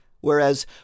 whereas